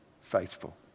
faithful